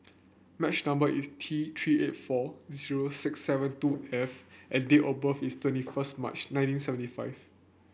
much number is T Three eight four zero six seven two F and date of birth is twenty first March nineteen seventy five